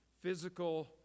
physical